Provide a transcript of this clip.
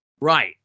Right